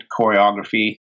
choreography